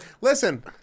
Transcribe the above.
Listen